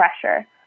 pressure